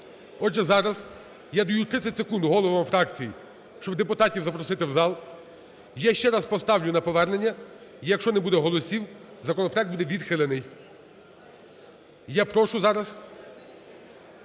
Отже, зараз я даю 30 секунд головам фракцій, щоб депутатів запросити в зал, я ще раз поставлю на повернення, якщо не буде голосів, законопроект буде відхилений. Я прошу зараз